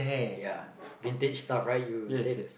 ya vintage stuff right you said